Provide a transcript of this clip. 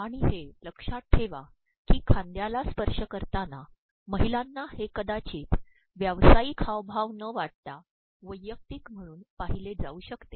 आणि हे लक्षात ठेवा की खांद्याला स्पर्श करताना महिलांना हे कदाचित व्यावसायिक हावभाव न वाटता वैयक्तिक म्हणून पाहिले जाऊ शकते